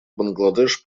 бангладеш